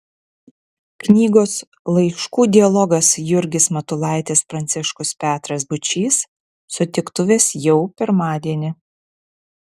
knygos laiškų dialogas jurgis matulaitis pranciškus petras būčys sutiktuvės jau pirmadienį